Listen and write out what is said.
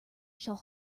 shall